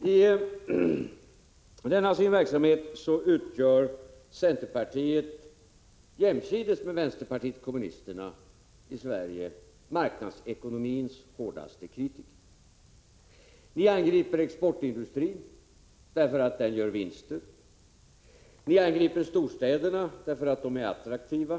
I denna sin verksamhet utgör centerpartiet jämsides med vänsterpartiet kommunisterna marknadsekonomins hårdaste kritiker i Sverige. Ni angriper exportindustrin därför att den gör vinster. Ni angriper storstäderna därför att de är attraktiva.